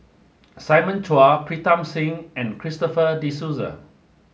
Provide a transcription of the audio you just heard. Simon Chua Pritam Singh and Christopher De Souza